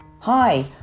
Hi